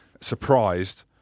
surprised